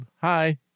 hi